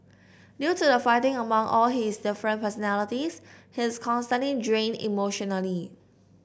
due to the fighting among all his different personalities he's constantly drained emotionally